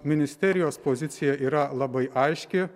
ministerijos pozicija yra labai aiški